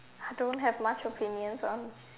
I don't have much opinions on